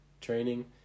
training